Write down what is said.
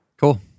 Cool